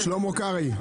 שלמה קרעי.